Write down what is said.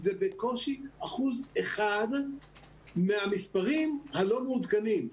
זה בקושי 1% אחד מהמספרים הלא מעודכנים,